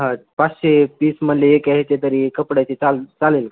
हा पाचशे पीस म्हटले तरी एक आहेच तरी कपड्याचे चाल चालेल का